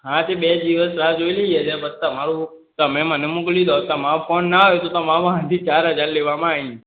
હા તે બે દિવસ રાહ જોઈ લઇએ છીએ પછી તમારો તમે મને મોકલી દો તમારો ફોન ના આવ્યો તો તમારા પાસેથી ચાર હજાર લેવામાં આવીશ